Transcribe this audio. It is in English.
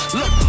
look